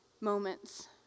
moments